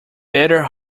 better